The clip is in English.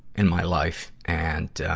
in my life. and, ah,